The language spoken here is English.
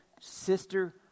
sister